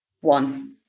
One